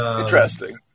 Interesting